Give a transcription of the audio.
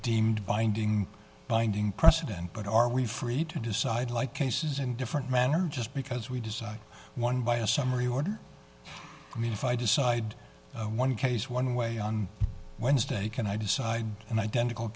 deemed binding binding precedent but are we free to decide like cases and different manner just because we decide one by a summary order i mean if i decide one case one way on wednesday can i decide an identical